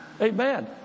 Amen